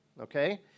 Okay